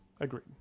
agreed